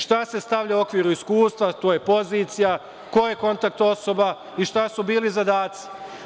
Šta se stavlja u okviru iskustva, tu je pozicija, ko je kontakt osoba i šta su bili zadaci?